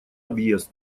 объезд